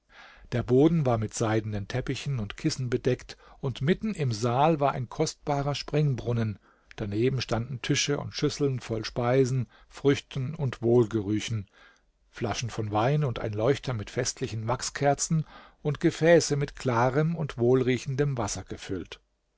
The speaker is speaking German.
der boden war mit seidenen teppichen und kissen bedeckt und mitten im saal war ein kostbarer springbrunnen daneben standen tische und schüsseln voll speisen früchten und wohlgerüchen flaschen von wein und ein leuchter mit festlichen wachskerzen und gefäße mit klarem und wohlriechendem wasser gefüllt